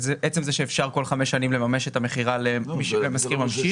עצם זה שאפשר כל חמש שנים לממש את המכירה למי שהוא משכיר ממשיך.